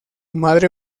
madre